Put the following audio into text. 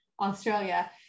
australia